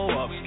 up